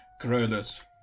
Corollas